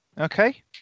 Okay